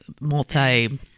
multi